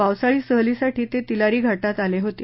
पावसाळी सहलीसाठी ते तिलारी घाटात आले होते